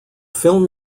film